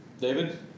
David